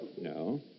No